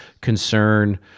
concern